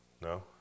No